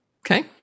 Okay